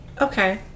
Okay